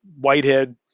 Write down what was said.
whitehead